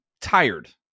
tired